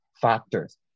factors